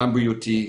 גם בריאותי,